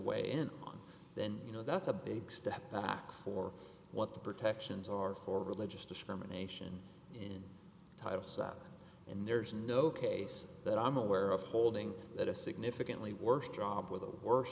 weigh in on then you know that's a big step back for what the protections are for religious discrimination in the type of stuff and there's no case that i'm aware of holding that a significantly worse job with the worst